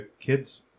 kid's